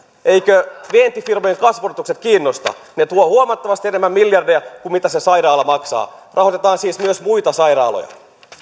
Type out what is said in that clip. eivätkö vientifirmojen kasvuodotukset kiinnosta ne tuovat huomattavasti enemmän miljardeja kuin mitä se sairaala maksaa rahoitetaan siis myös muita sairaaloja